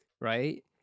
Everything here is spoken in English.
right